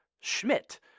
Schmidt